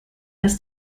als